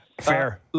Fair